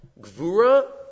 Gvura